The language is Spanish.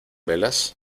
velas